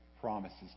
promises